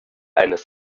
eines